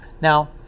Now